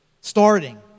starting